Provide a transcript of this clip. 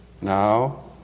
now